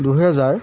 দুহেজাৰ